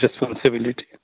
responsibility